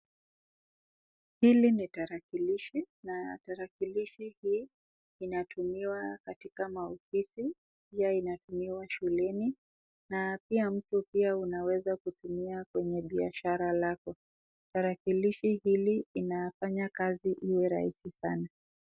Hili ni tarakilishi na tarakilishi hii inatumiwa katika maofisi, pia inatumiwa shuleni na pia mtu pia unaweza kutumia kwenye biashara lako. Tarakilishi hili inafanya kazi iwe rahisi sana.